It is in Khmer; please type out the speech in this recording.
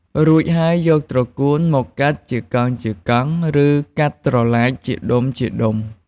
រួចហើយ យកត្រកួនមកកាត់ជាកង់ៗ ឬកាត់ត្រឡាចជាដុំៗ។